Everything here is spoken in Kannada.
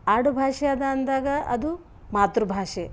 ಆಡು ಭಾಷೆ ಅದ ಅಂದಾಗ ಅದು ಮಾತೃಭಾಷೆ